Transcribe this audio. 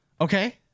Okay